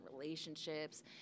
relationships